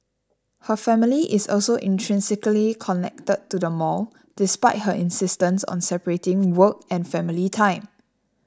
her family is also intrinsically connected to the mall despite her insistence on separating work and family time